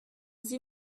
sie